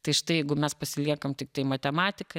tai štai jeigu mes pasiliekam tiktai matematiką